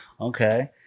Okay